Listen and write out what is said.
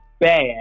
bad